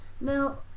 Now